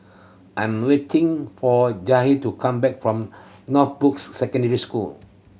I'm waiting for Jahir to come back from Northbrooks Secondary School